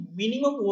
minimum